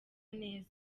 neza